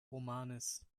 romanes